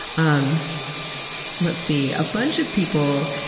um let's see, a bunch of people,